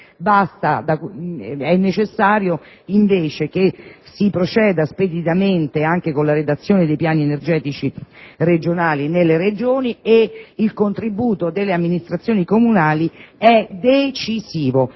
è necessario che si proceda speditamente anche con la redazione dei piani energetici regionali da parte delle Regioni ed il contributo delle amministrazioni comunali è decisivo.